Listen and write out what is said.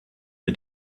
mit